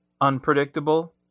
unpredictable